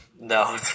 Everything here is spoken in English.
No